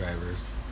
drivers